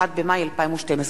1 במאי 2012,